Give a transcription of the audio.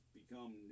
become